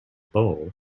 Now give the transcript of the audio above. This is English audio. bull